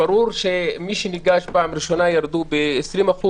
ברור שמי שניגש בפעם הראשונה ירד ב-20%,